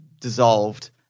dissolved